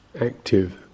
active